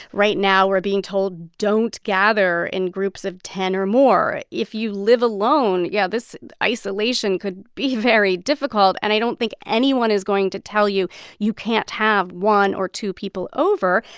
right now, we're being told don't gather in groups of ten or more. if you live alone, yeah, this isolation could be very difficult. and i don't think anyone is going to tell you you can't have one or two people over.